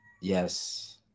Yes